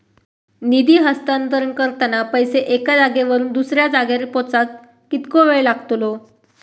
निधी हस्तांतरण करताना पैसे एक्या जाग्यावरून दुसऱ्या जाग्यार पोचाक कितको वेळ लागतलो?